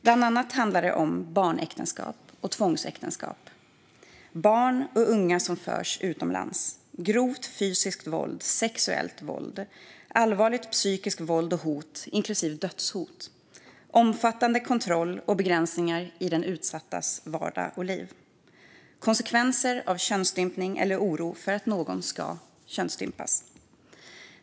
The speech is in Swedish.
Bland annat handlar det om barnäktenskap, tvångsäktenskap, barn och unga som förs utomlands, grovt fysiskt våld, sexuellt våld, allvarligt psykiskt våld och hot, inklusive dödshot, och omfattande kontroll över och begränsningar i den utsattas vardag och liv. Det handlar också om konsekvenser av könsstympning och om oro för att någon ska könsstympas.